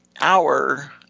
hour